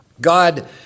God